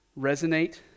resonate